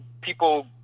people